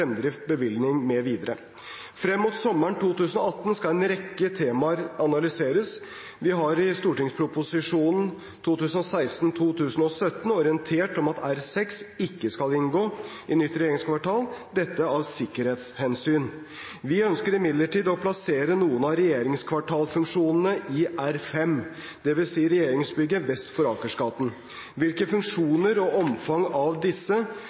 bevilgning mv. Frem mot sommeren 2018 skal en rekke temaer analyseres. Vi har i Prop. 1 S for 2016–2017 orientert om at R6 ikke skal inngå i nytt regjeringskvartal – dette av sikkerhetshensyn. Vi ønsker imidlertid å plassere noen av regjeringskvartalfunksjonene i R5, dvs. regjeringsbygget vest for Akersgaten. Hvilke funksjoner og omfanget av disse